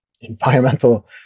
environmental